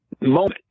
moment